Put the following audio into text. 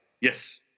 Yes